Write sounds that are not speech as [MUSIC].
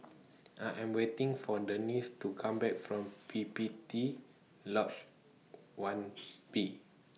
I Am waiting For Denice to Come Back from P P T Lodge one [NOISE] B